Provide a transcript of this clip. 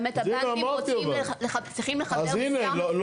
באמת, הבנקים רוצים --- אז הנה, אמרתי אבל.